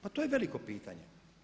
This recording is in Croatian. Pa to je veliko pitanje.